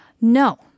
No